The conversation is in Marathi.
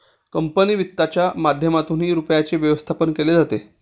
कंपनी वित्तच्या माध्यमातूनही रुपयाचे व्यवस्थापन केले जाते